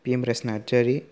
Bhimraj Narzary